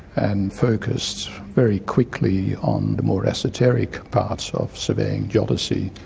and focused very quickly on the more esoteric parts of surveying geodesy,